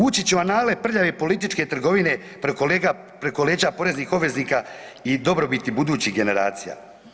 Uči će u anale prljave političke trgovine preko leđa poreznih obveznika i dobrobiti budućih generacija.